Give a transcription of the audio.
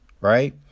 right